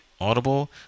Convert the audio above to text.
Audible